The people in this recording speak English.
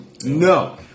No